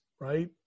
right